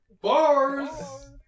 Bars